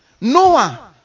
Noah